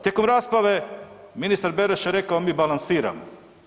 Tijekom rasprave ministar Beroš je rekao „mi balansiramo“